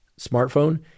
smartphone